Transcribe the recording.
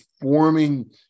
forming